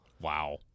Wow